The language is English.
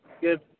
good